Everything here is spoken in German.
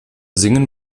singen